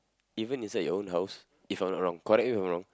even inside your own house if I'm not wrong correct me if I'm wrong